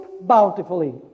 bountifully